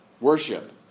Worship